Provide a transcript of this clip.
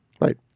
Right